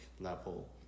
level